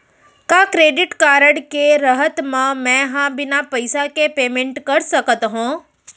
का credit card के रहत म, मैं ह बिना पइसा के पेमेंट कर सकत हो?